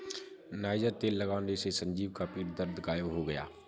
niger तेल लगाने से संजीव का पीठ दर्द गायब हो गया